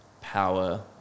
power